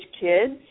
kids